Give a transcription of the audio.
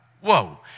Whoa